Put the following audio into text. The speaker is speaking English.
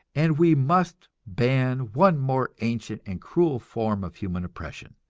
and we must ban one more ancient and cruel form of human oppression,